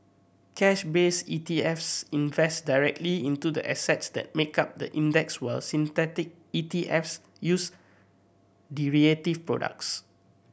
cash based ETFs invest directly into the assets that make up the index while synthetic ETFs use derivative products